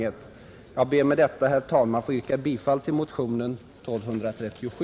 Herr talman! Jag ber med detta att få yrka bifall till motionen 1237.